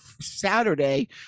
Saturday